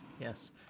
yes